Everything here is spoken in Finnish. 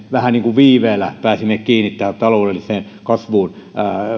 vähän niin kuin viiveellä pääsimme kiinni tähän taloudelliseen kasvuun